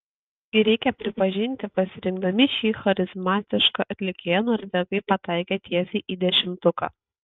ir reikia pripažinti pasirinkdami šį charizmatišką atlikėją norvegai pataikė tiesiai į dešimtuką